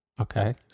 Okay